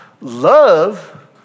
love